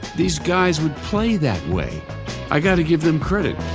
these guys would play that way i got to give them credit